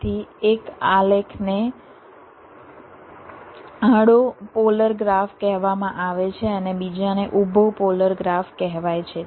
તેથી એક આલેખને આડો પોલર ગ્રાફ કહેવામાં આવે છે અને બીજાને ઊભો પોલર ગ્રાફ કહેવાય છે